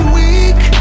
weak